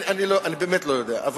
אני באמת לא יודע.